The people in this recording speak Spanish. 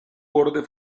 borde